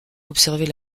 observer